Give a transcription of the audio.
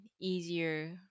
easier